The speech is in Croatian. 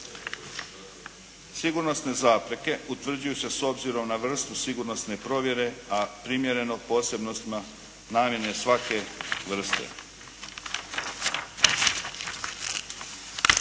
Sigurnosne zapreke utvrđuju se s obzirom na vrstu sigurnosne provjere a primjereno posebnostima namjene svake vrste.